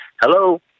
Hello